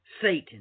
Satan